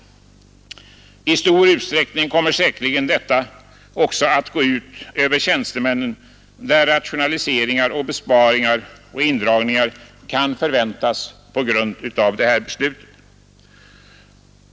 I stor utsträckning kommer säkerligen detta också att gå ut över tjänstemännen, eftersom rationaliseringar, besparingar och indragningar kan förväntas på grund av beslutet.